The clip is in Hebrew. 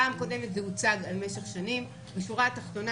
בפעם הקודם זה הוצג על פני שנים, בשורה התחתונה